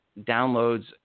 downloads